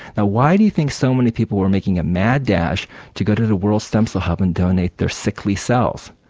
ah why do you think so many people were making a mad dash to go to the world stem cell hub and donate their sickly cells?